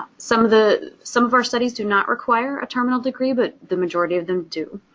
some of the, some of our studies do not require a terminal degree but the majority of them do.